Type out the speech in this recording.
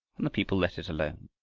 and the people let it alone.